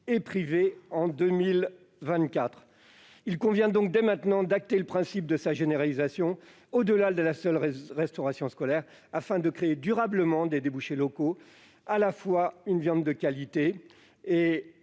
et privée en 2024. Il convient, dès maintenant, d'acter le principe de sa généralisation au-delà de la seule restauration scolaire, afin de créer durablement des débouchés locaux pour une viande de qualité et